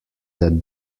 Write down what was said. that